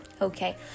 Okay